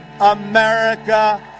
America